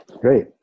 Great